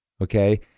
okay